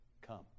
Come